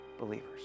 Believers